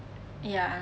ya